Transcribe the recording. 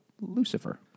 Lucifer